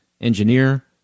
engineer